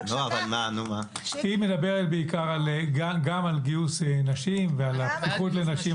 היא מדברת גם על גיוס נשים ועל הפתיחות לנשים,